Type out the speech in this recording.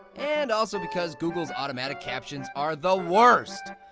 and also because google's automatic captions are the worst!